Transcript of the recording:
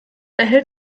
erhält